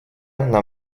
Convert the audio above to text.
нам